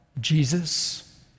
Jesus